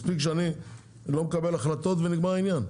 מספיק שאני לא מקבל החלטות ונגמר העניין.